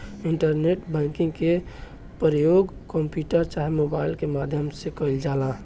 internet banking के परयोग computer चाहे मोबाइल के माध्यम से कईल जाला